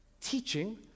teaching